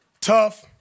Tough